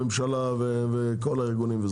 הממשלה וכל הארגונים,